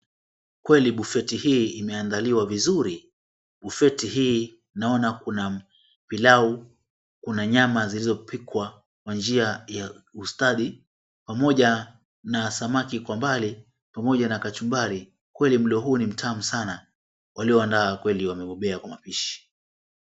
Kweli bufeti hii imeandaliwa vizuri, bufeti hii naona kuna pilau, kuna nyama zilizopikwa kwa njia ya ustadi pamoja na samaki kwa mbali pamoja na kachumbari, kweli mlo huu ni mtamu sana walioandaa kweli wamebobea kwa mapishi.